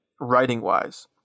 writing-wise